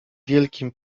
wielkim